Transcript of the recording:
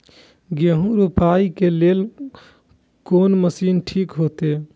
गेहूं रोपाई के लेल कोन मशीन ठीक होते?